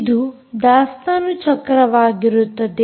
ಇದು ದಾಸ್ತಾನು ಚಕ್ರವಾಗಿರುತ್ತದೆ